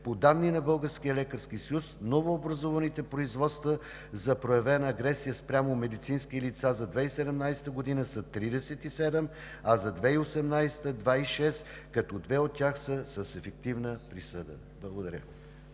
По данни на Българския лекарски съюз новообразуваните производства за проявена агресия спрямо медицински лица за 2017 г. са 37, за 2018 г. – 26, като две от тях са с ефективна присъда. Благодаря.